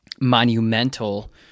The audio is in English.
monumental